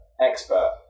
expert